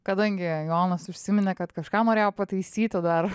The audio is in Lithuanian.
kadangi jonas užsiminė kad kažką norėjo pataisyti dar